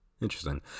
Interesting